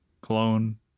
clone